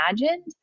imagined